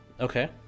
okay